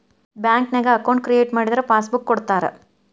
ಬ್ಯಾಂಕ್ನ್ಯಾಗ account create ಮಾಡಿದರ passbook ಕೊಡ್ತಾರಾ